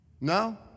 no